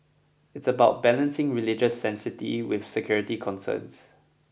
it's about balancing religious sanctity with security concerns